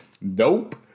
Nope